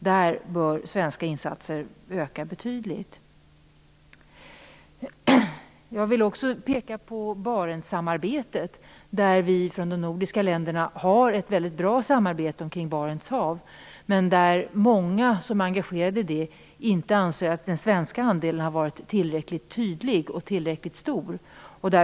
Där bör de svenska insatserna öka betydligt. Jag vill också peka på Barentssamarbetet. Vi har från de nordiska länderna ett väldigt bra samarbete kring Barents hav, men många som är engagerade i det anser inte att den svenska andelen har varit tillräckligt stor och tydlig.